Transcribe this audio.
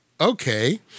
okay